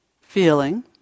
feeling